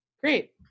Great